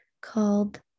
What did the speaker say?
called